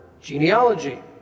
genealogy